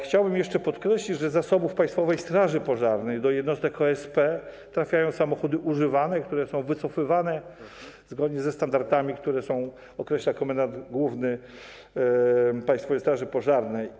Chciałbym jeszcze podkreślić, że z zasobów Państwowej Straży Pożarnej do jednostek OSP trafiają samochody używane, które są wycofywane, zgodnie ze standardami, które określa komendant główny Państwowej Straży Pożarnej.